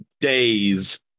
days